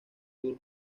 sur